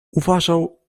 uważał